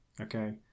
okay